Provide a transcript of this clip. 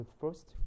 first